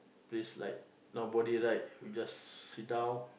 place like nobody right you just sit down